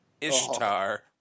Ishtar